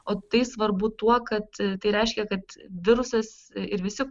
o tai svarbu tuo kad tai reiškia kad virusas ir visi